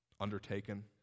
undertaken